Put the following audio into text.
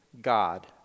God